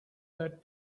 that